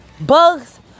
Bugs